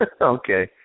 Okay